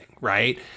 right